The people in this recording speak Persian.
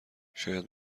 شاید